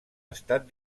estat